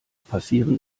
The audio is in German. passieren